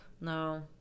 No